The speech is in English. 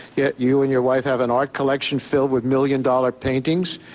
yeah you and your wife have an art collection filled with million dollar paintings,